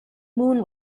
moon